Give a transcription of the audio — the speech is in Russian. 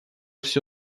всё